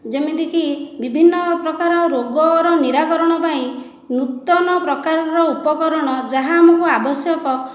ଯେମିତି କି ବିଭିନ୍ନ ପ୍ରକାର ରୋଗର ନିରାକରଣ ପାଇଁ ନୂତନ ପ୍ରକାରର ଉପକରଣ ଯାହା ଆମକୁ ଆବଶ୍ୟକ